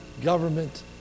government